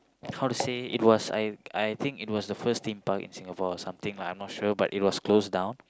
how to say it was I I think it was the first Theme-Park in Singapore or something lah I'm not sure but it was closed down